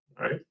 right